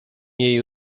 jej